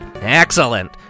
Excellent